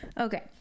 Okay